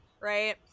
right